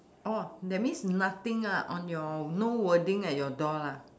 oh that means nothing ah on your no wording at your door lah